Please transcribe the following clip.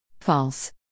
False